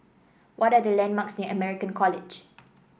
what are the landmarks near American College